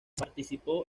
participó